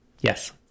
Yes